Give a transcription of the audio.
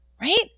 right